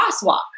crosswalk